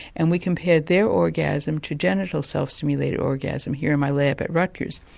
and we compared their orgasm to genital self-stimulated orgasm here in my lab at rutgers.